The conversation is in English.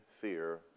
fear